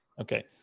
okay